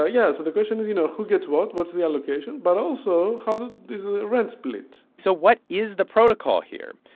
ah yeah. so the question is, you know who gets what? what's the allocation? but also, how is the the rent split? so what is the protocol here?